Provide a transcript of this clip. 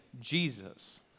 Jesus